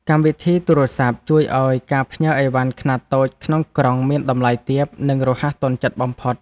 កម្មវិធីទូរសព្ទជួយឱ្យការផ្ញើឥវ៉ាន់ខ្នាតតូចក្នុងក្រុងមានតម្លៃទាប និងរហ័សទាន់ចិត្តបំផុត។